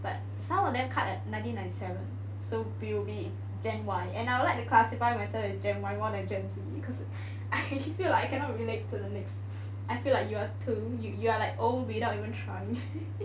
but some of them cut at nineteen ninety seven so we would be gen Y and I would like to classify myself with gen Y more than gen Z because I feel like I cannot relate to the next I feel like you are too you you are like old without even trying